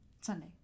Sunday